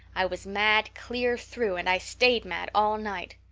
i was mad clear through, and i stayed mad all night.